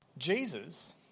Jesus